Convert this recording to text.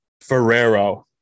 Ferrero